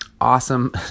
awesome